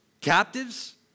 captives